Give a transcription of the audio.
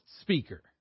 speaker